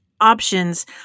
options